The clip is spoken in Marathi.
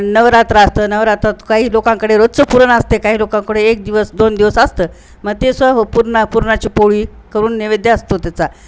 नवरात्र असतं नवरात्रात काही लोकांकडे रोजचं पुरण असते काही लोकांकडे एक दिवस दोन दिवस असतं मग ते सह पूरणा पुरणाची पोळी करून नैवेद्य असतो त्याचा